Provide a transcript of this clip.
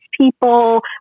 people